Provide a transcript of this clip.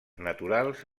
naturals